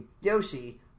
Yoshi